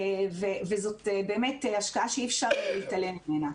וזאת באמת השקעה שאי אפשר להתעלם ממנה.